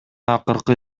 акыркы